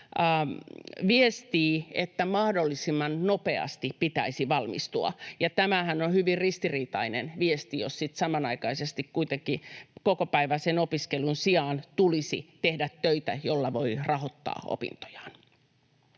viestii, että mahdollisimman nopeasti pitäisi valmistua. Tämähän on hyvin ristiriitainen viesti, jos sitten samanaikaisesti kuitenkin kokopäiväisen opiskelun sijaan tulisi tehdä töitä, jolla voi rahoittaa opintojaan.